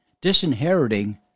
disinheriting